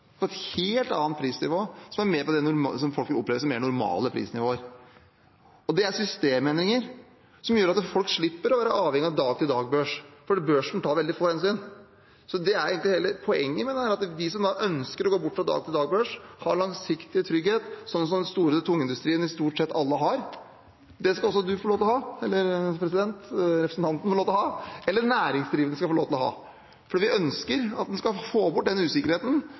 på et helt annet prisnivå – det folk vil oppleve som mer normale prisnivåer. Det er systemendringer som gjør at folk slipper å være avhengig av dag-til-dag-børs, for børsen tar veldig få hensyn. Det er egentlig hele poenget med dette – at de som ønsker å gå bort fra dag-til-dag-børs, har langsiktig trygghet, sånn som stort sett alle i tungindustrien har. Det skal også representanten få lov til ha, eller de næringsdrivende få lov til å ha, for vi ønsker at en skal få bort den usikkerheten for mange. De som vil leve mer på børs og ha den usikkerheten, skal få lov til det. Derfor gjør vi den